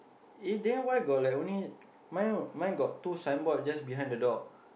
eh then why got like only mine mine got two signboard just behind the door